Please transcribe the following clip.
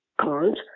cons